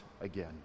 again